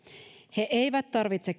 he eivät tarvitse